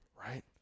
Right